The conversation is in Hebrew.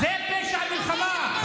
זה פשע מלחמה.